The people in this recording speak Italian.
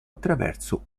attraverso